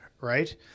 Right